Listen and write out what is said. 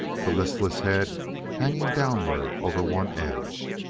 the listless head hanging downward over one edge.